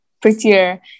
prettier